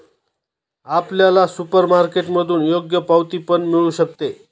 आपल्याला सुपरमार्केटमधून योग्य पावती पण मिळू शकते